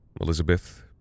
Elizabeth